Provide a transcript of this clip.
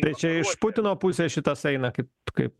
tai čia iš putino pusės šitas eina kaip kaip